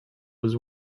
was